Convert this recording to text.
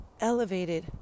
elevated